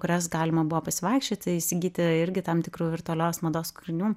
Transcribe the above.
kurias galima buvo pasivaikščioti įsigyti irgi tam tikrų virtualios mados kūrinių